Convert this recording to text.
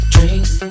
Drinks